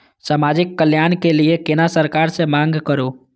समाजिक कल्याण के लीऐ केना सरकार से मांग करु?